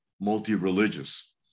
multi-religious